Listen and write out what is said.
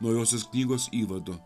naujosios knygos įvado